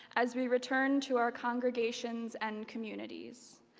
as we return to our congregations and communities.